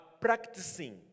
practicing